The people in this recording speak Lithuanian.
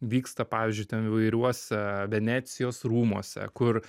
vyksta pavyzdžiui ten įvairiuose venecijos rūmuose kur